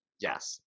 Yes